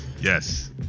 Yes